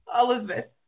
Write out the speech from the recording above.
Elizabeth